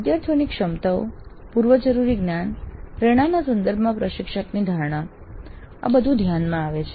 વિદ્યાર્થીઓની ક્ષમતાઓ પૂર્વજરૂરી જ્ઞાન પ્રેરણાના સંદર્ભમાં પ્રશિક્ષકની ધારણા આ બધું ધ્યાનમાં આવે છે